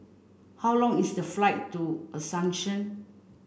how long is the flight to Asuncion